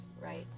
right